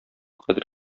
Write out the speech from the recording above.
кадер